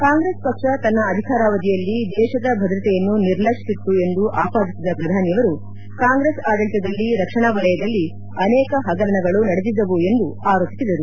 ಕಾಂಗ್ರೆಸ್ ಪಕ್ಷ ತನ್ನ ಅಧಿಕಾರಾವಧಿಯಲ್ಲಿ ದೇಶದ ಭದ್ರತೆಯನ್ನು ನಿರ್ಲಕ್ಷಿಸಿತ್ತು ಎಂದು ಆಪಾದಿಸಿದ ಪ್ರಧಾನಿಯವರು ಕಾಂಗ್ರೆಸ್ ಆಡಳಿತದಲ್ಲಿ ರಕ್ಷಣಾ ವಲಯದಲ್ಲಿ ಅನೇಕ ಹಗರಣಗಳು ನಡೆದಿದವು ಎಂದು ಆರೋಪಿಸಿದರು